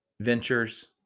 ventures